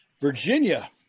Virginia